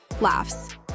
Laughs